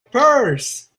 purse